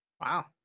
Wow